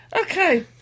Okay